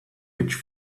which